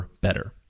better